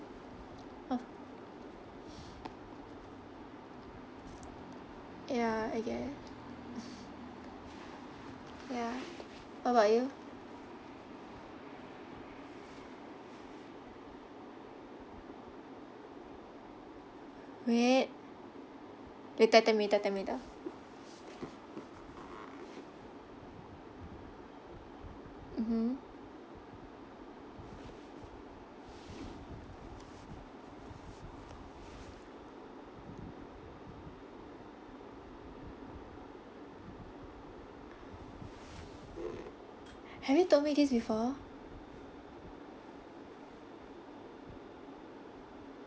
oh ya I guess ya what about you wait okay tell tell me tell tell me mmhmm have you told me this before